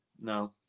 no